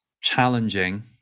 challenging